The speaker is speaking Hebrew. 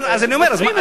כוללים את כולם,